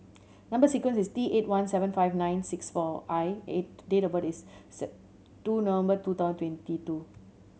number sequence is T eight one seven five nine six four I and date of birth is two November two thousand twenty two